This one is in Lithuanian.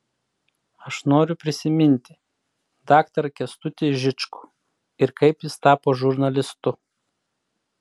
aš noriu prisiminti daktarą kęstutį žičkų ir kaip jis tapo žurnalistu